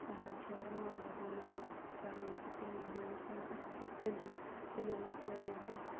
اَنان چھِ رُوانٛگَن رَنان ترٛاوان چھِ تِم دِوان چھِ تِمَن اَصٕل پٲٹھۍ تٔلیُن تٔلیُن مَکلٲیِتھ دِتھ